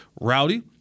Rowdy